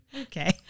Okay